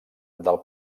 del